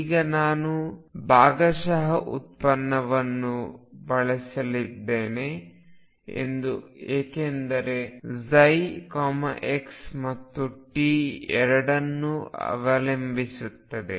ಈಗ ನಾನು ಭಾಗಶಃ ಉತ್ಪನ್ನವನ್ನು ಬಳಸಲಿದ್ದೇನೆ ಏಕೆಂದರೆ x ಮತ್ತು t ಎರಡನ್ನೂ ಅವಲಂಬಿಸಿರುತ್ತದೆ